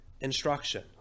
instruction